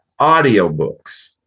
audiobooks